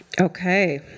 Okay